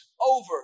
over